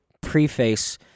preface